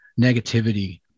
negativity